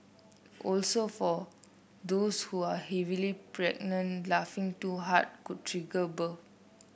also for those who are heavily pregnant laughing too hard could trigger birth